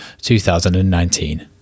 2019